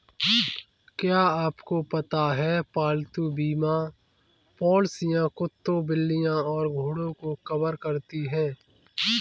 क्या आपको पता है पालतू बीमा पॉलिसियां कुत्तों, बिल्लियों और घोड़ों को कवर करती हैं?